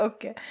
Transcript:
Okay